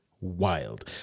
Wild